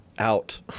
Out